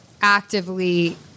actively